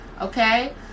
okay